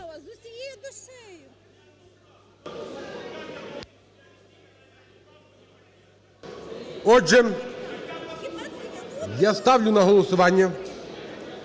Отже, я ставлю на голосування